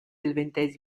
del